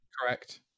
Correct